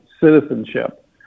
citizenship